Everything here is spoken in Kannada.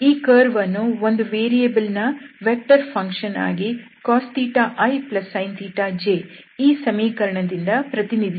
ಈ ಕರ್ವ್ಅನ್ನು ಒಂದು ವೇರಿಯಬಲ್ ನ ವೆಕ್ಟರ್ ಫಂಕ್ಷನ್ ಆಗಿ cos isin j ಈ ಸಮೀಕರಣದಿಂದ ಪ್ರತಿನಿಧಿಸಬಹುದು